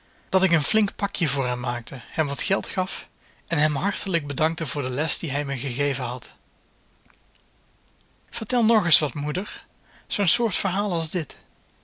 dat ik een flink pakje voor hem maakte hem wat geld gaf en hem hartelijk dankte voor de les die hij me gegeven had vertel nog eens wat moeder zoo'n soort verhaal als dit